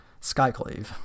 Skyclave